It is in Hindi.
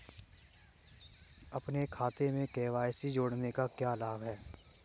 अपने खाते में के.वाई.सी जोड़ने का क्या लाभ है?